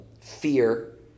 fear